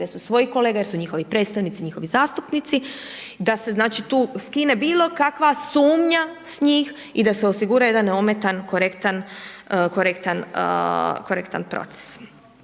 interesu svojih kolega jer su njihovi predstavnici, njihovi zastupnici da se tu znači skine bilo kakva sumnja s njih i da se osigura jedan neometan korektan proces.